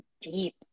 deep